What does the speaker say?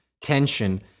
tension